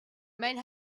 men